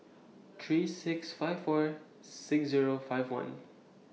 three six five four six Zero five one